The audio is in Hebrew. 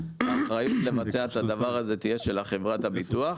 האחריות לבצע את זה תהיה על חברת הביטוח.